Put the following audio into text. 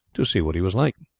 to see what he was like.